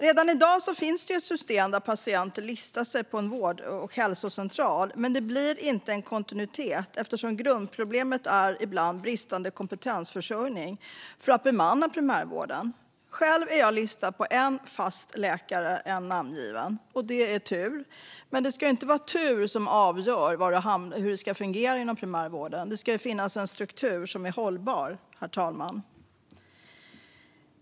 Redan i dag finns system där patienter listar sig på en vård och hälsocentral, men det blir inte en kontinuitet eftersom grundproblemet ibland är bristande kompetensförsörjning för att bemanna primärvården. Själv är jag listad på en namngiven fast läkare. Det är tur. Men det är inte tur som ska avgöra hur det ska fungera inom primärvården, utan det ska finnas en hållbar struktur.